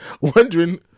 Wondering